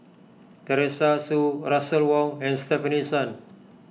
Teresa Hsu Russel Wong and Stefanie Sun